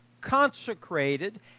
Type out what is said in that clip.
consecrated